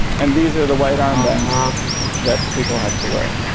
and these are the white armbands that people had to wear.